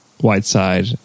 Whiteside